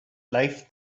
life